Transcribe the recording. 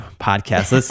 podcast